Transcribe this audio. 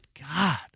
God